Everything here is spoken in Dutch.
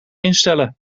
instellen